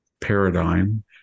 paradigm